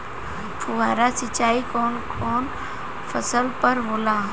फुहार सिंचाई कवन कवन फ़सल पर होला?